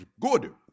good